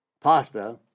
pasta